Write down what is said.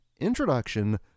introduction